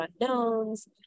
unknowns